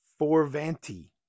Forvanti